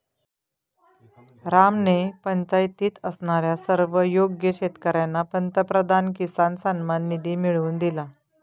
रामने पंचायतीत असणाऱ्या सर्व योग्य शेतकर्यांना पंतप्रधान किसान सन्मान निधी मिळवून दिला